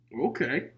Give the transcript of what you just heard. Okay